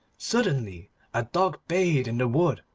suddenly a dog bayed in the wood,